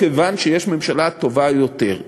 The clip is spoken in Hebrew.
כיוון שיש ממשלה טובה יותר.